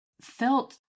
felt